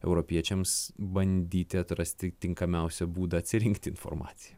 europiečiams bandyti atrasti tinkamiausią būdą atsirinkti informaciją